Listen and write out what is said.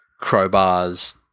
crowbars